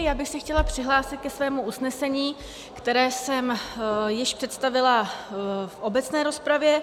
Já bych se chtěla přihlásit ke svému návrhu usnesení, který jsem již představila v obecné rozpravě.